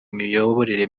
miyoborere